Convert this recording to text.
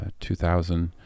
2000